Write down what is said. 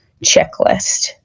checklist